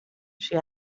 she